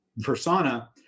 persona